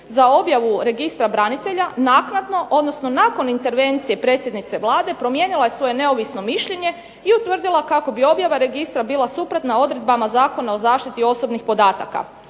za objavu registra branitelja, naknadno odnosno nakon intervencije predsjednice Vlade promijenila je svoj neovisno mišljenje i utvrdila kako bi objava registra bila suprotna odredbama Zakona o zaštiti osobnih podataka,